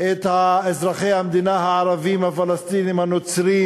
את אזרחי המדינה הערבים, הפלסטינים, הנוצרים,